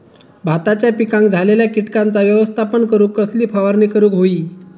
भाताच्या पिकांक झालेल्या किटकांचा व्यवस्थापन करूक कसली फवारणी करूक होई?